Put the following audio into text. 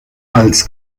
als